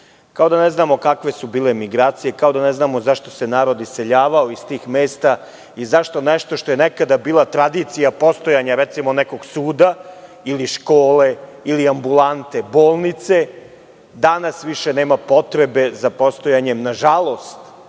Kao da ne znamo kakve su bile migracije. Kao da ne znamo zašto se narod iseljavao iz tih mesta i zašto nešto što je nekada bila tradicija postojanja, recimo, nekog suda, škole ili ambulante, bolnice, danas više nema potrebe za postojanje, nažalost,